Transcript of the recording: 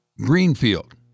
Greenfield